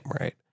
right